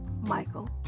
Michael